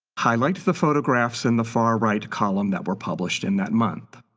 highlight the photographs in the far right column that were published in that month.